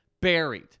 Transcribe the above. buried